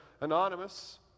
anonymous